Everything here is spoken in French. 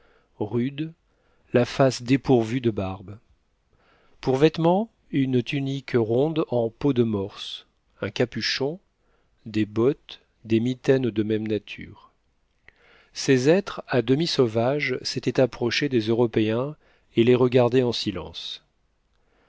rudes la face dépourvue de barbe pour vêtements une tunique ronde en peaux de morse un capuchon des bottes des mitaines de même nature ces êtres à demi sauvages s'étaient approchés des européens et les regardaient en silence